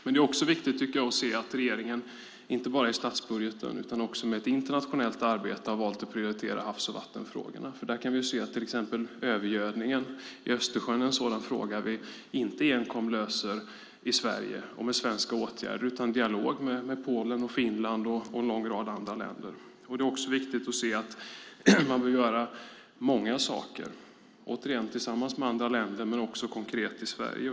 Det är också viktigt att se att regeringen inte bara i statsbudgeten utan också med ett internationellt arbete har valt att prioritera havs och vattenfrågorna. Där kan vi se att till exempel övergödningen i Östersjön är en sådan fråga som vi löser inte enkom i Sverige och med svenska åtgärder utan i dialog med Polen, Finland och en lång rad andra länder. Det är också viktigt att se att man behöver göra många saker, återigen tillsammans med andra länder men också konkret i Sverige.